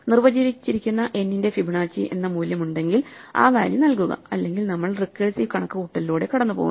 നിർവചിച്ചിരിക്കുന്ന n ന്റെ Fibonacci എന്ന മൂല്യമുണ്ടെങ്കിൽ ആ വാല്യൂ നൽകുക അല്ലെങ്കിൽ നമ്മൾ റിക്കേഴ്സീവ് കണക്കുകൂട്ടലിലൂടെ കടന്നുപോകുന്നു